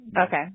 Okay